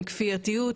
עם כפייתיות,